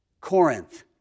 Corinth